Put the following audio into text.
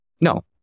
No